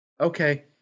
Okay